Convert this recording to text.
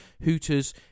Hooters